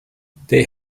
they